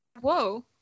Whoa